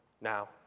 now